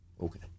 Okay